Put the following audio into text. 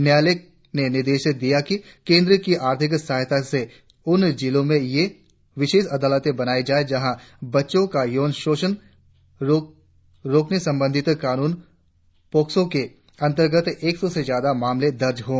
न्यायालय ने निर्देश दिया कि केंद्र की आर्थिक सहायता से उन जिलों में ये विशेष अदालतें बनाई जाएं जहां बच्चों का यौन शोषण रोकने संबंधी कानू पॉक्सो के अंतर्गत एक सौ से ज्यादा मामले दर्ज हों